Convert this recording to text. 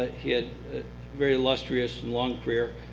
he had a very illustrious and long career,